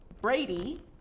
Brady